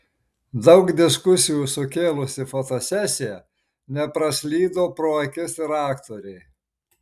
daug diskusijų sukėlusi fotosesija nepraslydo pro akis ir aktorei